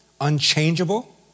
unchangeable